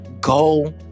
Go